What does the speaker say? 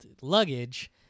luggage